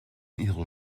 ihrer